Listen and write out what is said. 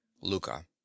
Luca